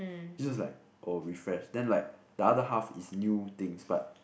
it just like oh refresh then like the other half is new things but